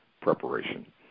preparation